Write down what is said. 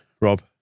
Rob